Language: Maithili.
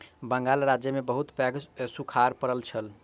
बंगाल राज्य में बहुत पैघ सूखाड़ पड़ल छल